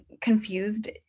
confused